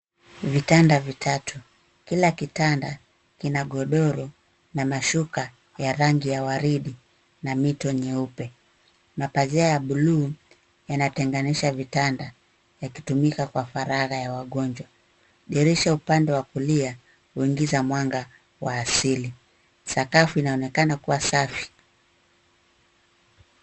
Vitanda vitatu. Kila kitanda kina godoro na mashuka ya rangi ya waridi na mito nyeupe. Mapazia ya bluu, yanatenganisha vitanda, yakitumika kwa faragha ya wagonjwa. Dirisha upande wa kulia, huingiza mwanga wa asili. Sakafu inaonekana kuwa safi.